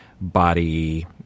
body